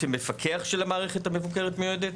כמפקח של המערכת המבוקרת מיועדת,